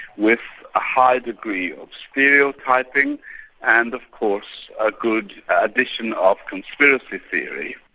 with a high degree of stereotyping and of course a good addition of conspiracy theory.